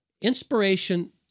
Inspiration